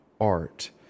art